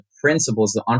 principles